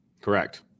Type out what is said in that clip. Correct